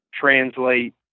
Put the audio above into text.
translate